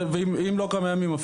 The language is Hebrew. אם לא כמה ימים.